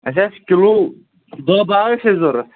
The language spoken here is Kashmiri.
اَسہِ آسہٕ کِلوٗ دَہ بَہہ آسہٕ اَسہِ ضوٚرتھ